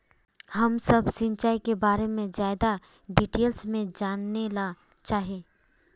हम सब सिंचाई के बारे में ज्यादा डिटेल्स में जाने ला चाहे?